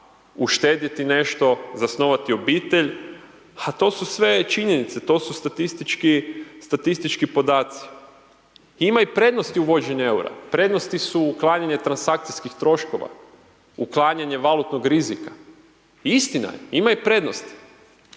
uštedjeti nešto, zasnovati obitelj, a to su sve činjenice, to su statistički, statistički podaci. Ima i prednosti uvođenja EUR-a, prednosti su uklanjanje transakcijskih troškova, uklanjanje valutnog rizika, istina je, ima i prednosti,